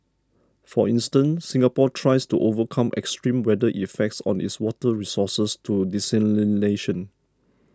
for instance Singapore tries to overcome extreme weather effects on its water resources through desalination